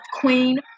Queen